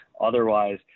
Otherwise